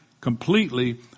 completely